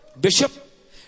Bishop